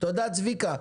תודה, צביקה.